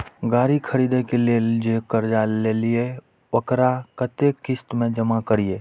गाड़ी खरदे के लेल जे कर्जा लेलिए वकरा कतेक किस्त में जमा करिए?